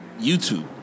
YouTube